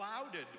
clouded